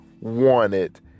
wanted